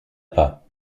pas